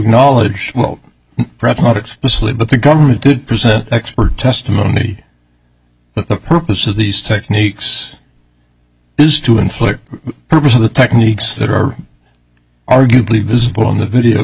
explicitly but the government did present expert testimony but the purpose of these techniques is to inflict purpose of the techniques that are arguably visible on the video